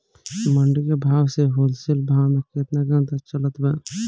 मंडी के भाव से होलसेल भाव मे केतना के अंतर चलत बा?